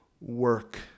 work